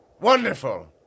Wonderful